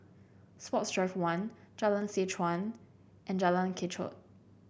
Sports Drive One Jalan Seh Chuan and Jalan Kechot